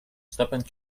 stopping